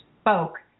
spoke